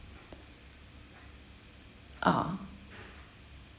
ah